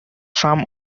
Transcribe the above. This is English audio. sum